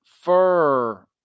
fur